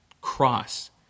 cross